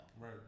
Right